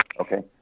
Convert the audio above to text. Okay